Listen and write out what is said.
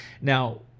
Now